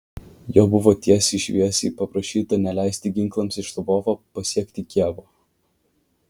jo buvo tiesiai šviesiai paprašyta neleisti ginklams iš lvovo pasiekti kijevo